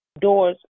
doors